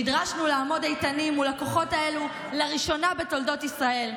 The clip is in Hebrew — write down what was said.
נדרשנו לעמוד איתנים מול הכוחות האלו לראשונה בתולדות ישראל.